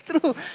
true